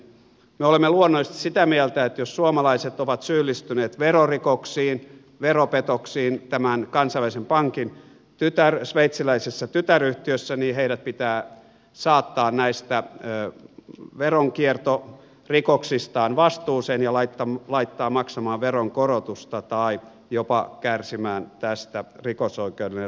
me olemme luonnollisesti sitä mieltä että jos suomalaiset ovat syyllistyneet verorikoksiin veropetoksiin tämän kansainvälisen pankin sveitsiläisessä tytäryhtiössä niin heidät pitää saattaa näistä veronkiertorikoksistaan vastuuseen ja laittaa maksamaan veronkorotusta tai jopa kärsimään tästä rikosoikeudellinen rangaistus